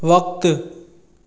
वक़्तु